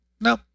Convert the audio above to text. No